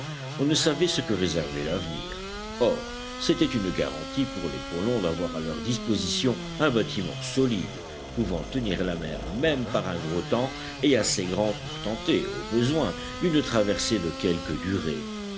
on ne savait ce que réservait l'avenir or c'était une garantie pour les colons d'avoir à leur disposition un bâtiment solide pouvant tenir la mer même par un gros temps et assez grand pour tenter au besoin une traversée de quelque durée